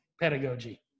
pedagogy